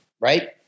right